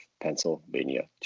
Pennsylvania